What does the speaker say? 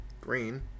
Green